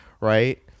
right